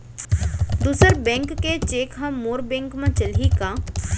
दूसर बैंक के चेक ह मोर बैंक म चलही का?